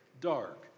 dark